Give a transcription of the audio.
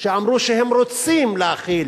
שאמרו שהם רוצים להחיל